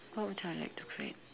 what would I like to create